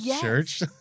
church